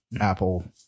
Apple